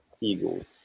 eagle